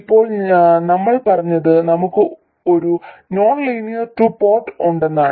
ഇപ്പോൾ നമ്മൾ പറഞ്ഞത് നമുക്ക് ഒരു നോൺ ലീനിയർ ടു പോർട്ട് ഉണ്ടെന്നെന്നാണ്